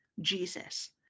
Jesus